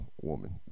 woman